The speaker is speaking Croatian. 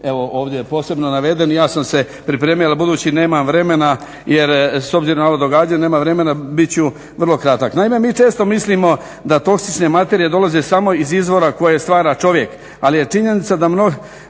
evo ovdje posebno navedeni. Ja sam se pripremio, ali budući nemam vremena s obzirom na ova događanja nemam vremena bit ću vrlo kratak. Naime, mi često mislimo da toksične materije dolaze samo iz izvora koje stvara čovjek ali je činjenica da mnoge